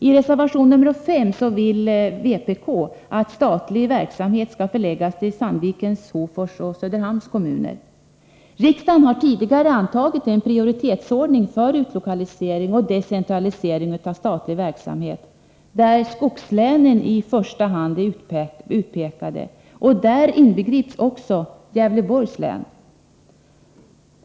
I reservation nr 5 vill vpk att statlig verksamhet skall förläggas till Sandvikens, Hofors och Söderhamns kommuner. Riksdagen har tidigare antagit en prioritetsordning för utlokalisering och decentralisering av statlig verksamhet där skogslänen i första hand är utpekade, och det inbegriper också Gävleborgs län.